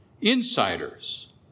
insiders